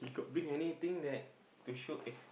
you got bring anything that to show eh